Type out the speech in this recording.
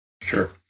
Sure